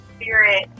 spirit